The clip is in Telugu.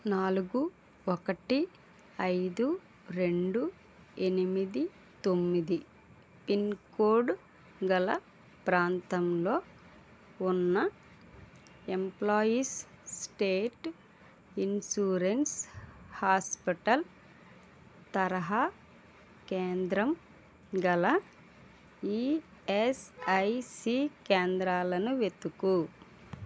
నాలుగు ఒకటి ఐదు రెండు ఎనిమిది తొమ్మిది పిన్కోడ్ గల ప్రాంతంలో ఉన్న ఎంప్లాయీస్ స్టేట్ ఇన్సూరెన్స్ హాస్పిటల్ తరహా కేంద్రం గల ఈఎస్ఐసి కేంద్రాలను వెతుకు